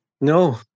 No